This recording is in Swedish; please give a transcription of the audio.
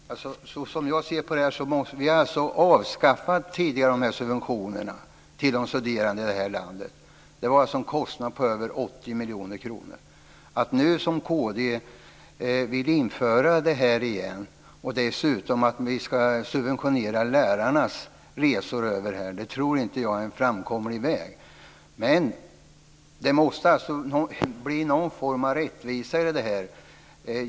Fru talman! Som jag ser det har vi tidigare avskaffat de här subventionerna till de studerande här i landet. Det var alltså en kostnad på över 80 miljoner kronor. Nu vill kd att vi ska införa det här igen, och dessutom att vi ska subventionera lärarnas resor. Det tror inte jag är en framkomlig väg. Det måste bli någon form av rättvisa i det här.